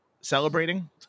celebrating